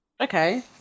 okay